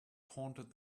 taunted